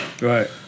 Right